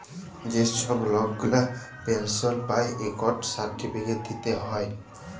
যে ছব লক গুলা পেলশল পায় ইকট সার্টিফিকেট দিতে হ্যয়